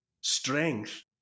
strength